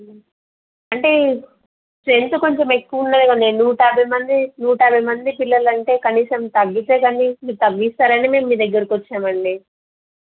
అంటే స్ట్రెంత్ కొంచెం ఎక్కువ ఉన్నాది కదండి నూట యాభై మంది నూట యాభై మంది పిల్లలంటే కనీసం తగ్గితే కాని మీరు తగ్గిస్తారని మేము మీ దగ్గరకు వచ్చామండి